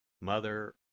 Mother